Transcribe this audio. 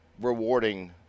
rewarding